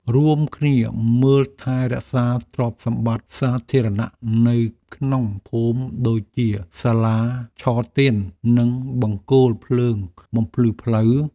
រួមគ្នាមើលថែរក្សាទ្រព្យសម្បត្តិសាធារណៈនៅក្នុងភូមិដូចជាសាលាឆទាននិងបង្គោលភ្លើងបំភ្លឺផ្លូវ។